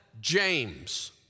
James